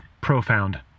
profound